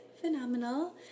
phenomenal